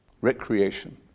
recreation